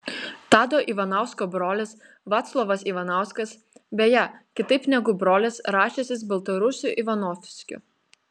tado ivanausko brolis vaclovas ivanauskas beje kitaip negu brolis rašęsis baltarusiu ivanovskiu